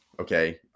okay